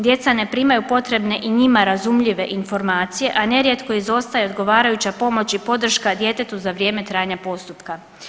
Djeca ne primaju potrebne i njima razumljive informacije, a nerijetko izostaje odgovarajuća pomoć i podrška djetetu za vrijeme trajanja postupka.